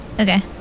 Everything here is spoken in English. Okay